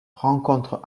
rencontrent